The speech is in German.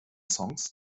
songs